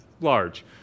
large